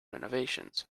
renovations